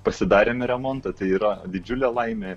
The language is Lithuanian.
pasidarėme remontą tai yra didžiulė laimė